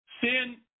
sin